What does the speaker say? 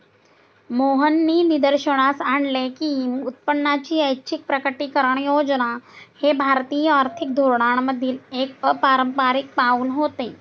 मोहननी निदर्शनास आणले की उत्पन्नाची ऐच्छिक प्रकटीकरण योजना हे भारतीय आर्थिक धोरणांमधील एक अपारंपारिक पाऊल होते